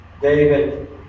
David